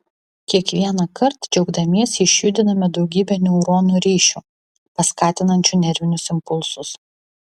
kiekvienąkart džiaugdamiesi išjudiname daugybę neuronų ryšių paskatinančių nervinius impulsus